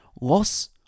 loss